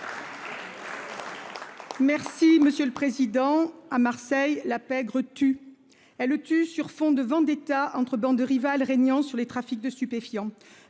Merci monsieur le président. À Marseille la pègre tu es le tu sur fond de vendetta entre bandes rivales régnant sur les trafics de stupéfiants